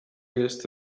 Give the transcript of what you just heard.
jest